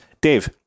Dave